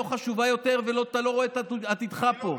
חשובה יותר ואתה לא רואה את עתידך פה.